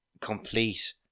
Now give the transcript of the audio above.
complete